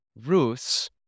Ruth's